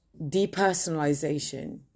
depersonalization